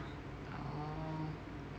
oh